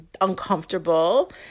uncomfortable